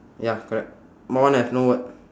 ya correct my one have no word